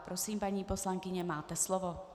Prosím, paní poslankyně, máte slovo.